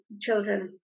children